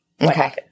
Okay